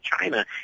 China